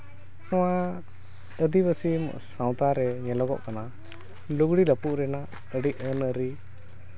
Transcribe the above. ᱱᱚᱣᱟ ᱟᱹᱫᱤᱵᱟᱹᱥᱤ ᱥᱟᱶᱛᱟ ᱨᱮ ᱧᱮᱞᱚᱜᱚᱜ ᱠᱟᱱᱟ ᱞᱩᱜᱽᱲᱤ ᱞᱟᱯᱚ ᱨᱮᱱᱟᱜ ᱟᱹᱰᱤ ᱟᱹᱱᱼᱟᱹᱨᱤ